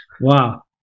Wow